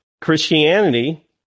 Christianity